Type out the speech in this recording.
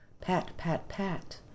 pat-pat-pat